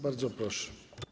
Bardzo proszę.